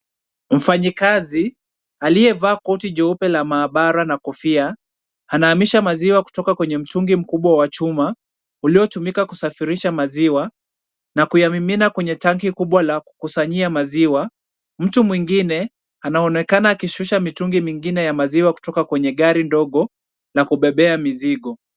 Mfanyikazi aliyevaa koti jeupe la maabara na kofia, anahamisha maziwa kutoka kwenye mtungi mkubwa wa chuma, uliotumika kusafirisha maziwa na kuyamimina kwenye tanki kubwa la kukusanyia maziwa. Mtu mwingine anaonekana akishusha mitungi mingine ya maziwa, kutoka kwenye gari ndogo la kubebea mizigo.